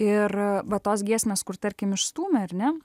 ir va tos giesmės kur tarkim išstūmė ar ne